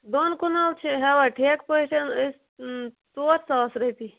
دۄن کُنال چھِ ہیوان ٹھیکہٕ پٲٹھۍ أسۍ ژور ساس رۄپیہِ